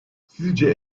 sizce